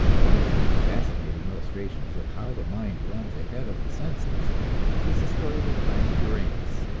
one of the most fascinating illustrations of how the mind runs ahead of the senses is the story of the planet uranus,